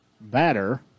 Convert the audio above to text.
batter